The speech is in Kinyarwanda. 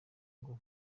ngo